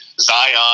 Zion